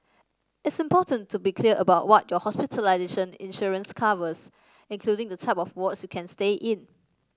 it's important to be clear about what your hospitalization insurance covers including the type of wards you can stay in